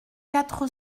quatre